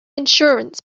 insurance